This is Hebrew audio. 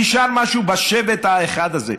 נשאר משהו בשבט האחד הזה.